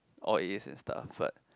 all A in stuff but